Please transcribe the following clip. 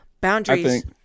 boundaries